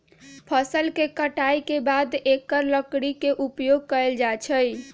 फ़सल के कटाई के बाद एकर लकड़ी के उपयोग कैल जाइ छइ